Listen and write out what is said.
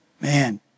Man